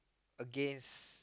against